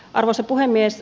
arvoisa puhemies